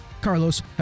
Carlos